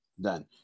Done